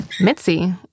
Mitzi